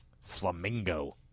Flamingo